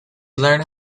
learned